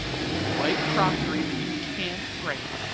and white crockery that you can't break,